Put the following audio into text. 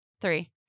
three